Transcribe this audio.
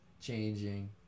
changing